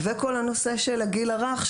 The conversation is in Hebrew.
וכל נושא הגיל הרך,